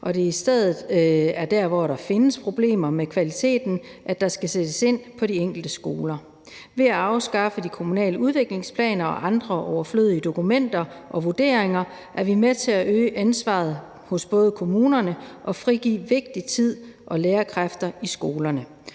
stedet er der, hvor der findes problemer med kvaliteten, der skal sættes ind på de enkelte skoler. Ved at afskaffe de kommunale udviklingsplaner og andre overflødige dokumenter og vurderinger er vi både med til at øge ansvaret hos kommunerne og frigive vigtig tid og lærerkræfter i skolerne.